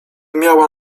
miała